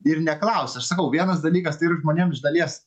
ir neklausia aš sakau vienas dalykas tai ir žmonėm iš dalies